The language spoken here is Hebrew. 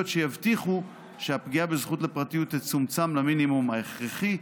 שיבטיחו שהפגיעה בזכות לפרטיות תצומצם למינימום ההכרחי,